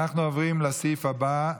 אנחנו עוברים לסעיף הבא,